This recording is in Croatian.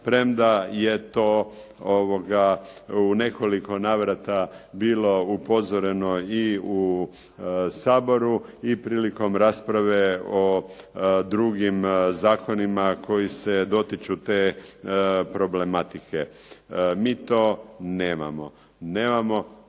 premda je to u nekoliko navrata bilo upozoreno i u Saboru i prilikom rasprave o drugim zakonima koji se dotiču te problematike. Mi to nemamo. Nemamo.